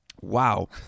Wow